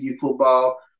football